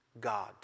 God